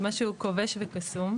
משהו כובש וקסום,